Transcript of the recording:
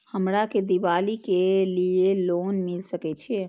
हमरा के दीपावली के लीऐ लोन मिल सके छे?